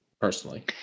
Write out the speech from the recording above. Personally